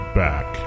back